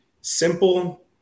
simple